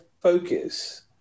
focus